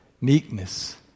meekness